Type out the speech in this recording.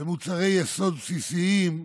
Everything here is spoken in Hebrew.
במוצרי יסוד בסיסיים,